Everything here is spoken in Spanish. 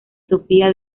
sofía